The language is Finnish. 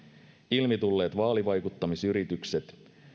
ilmi tulleet vaalivaikuttamisyritykset